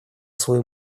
свою